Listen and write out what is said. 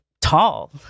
tall